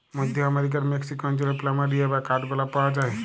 মধ্য আমরিকার মেক্সিক অঞ্চলে প্ল্যামেরিয়া বা কাঠগলাপ পাওয়া যায়